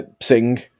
Sing